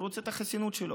שרוצה את החסינות שלו,